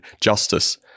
justice